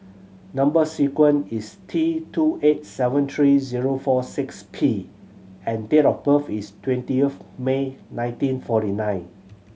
number sequence is T two eight seven three zero four six P and date of birth is twenty of May nineteen forty nine